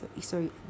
sorry